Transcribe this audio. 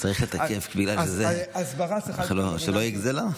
צריך לתקף כדי שלא תהיה גזלה.